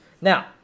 Now